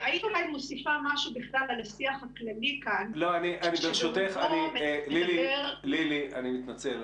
הייתי מוסיפה משהו בכלל על השיח הכללי כאן --- לילי אני מתנצל,